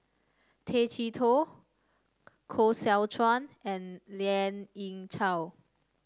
Tay Chee Toh Koh Seow Chuan and Lien Ying Chow